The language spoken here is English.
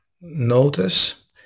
notice